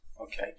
Okay